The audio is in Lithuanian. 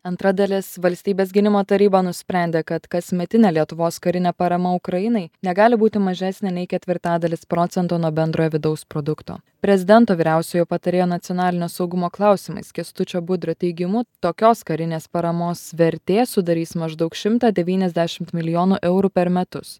antra dalis valstybės gynimo taryba nusprendė kad kasmetinė lietuvos karinė parama ukrainai negali būti mažesnė nei ketvirtadalis procento nuo bendrojo vidaus produkto prezidento vyriausiojo patarėjo nacionalinio saugumo klausimais kęstučio budrio teigimu tokios karinės paramos vertė sudarys maždaug šimtą devyniasdešimt milijonų eurų per metus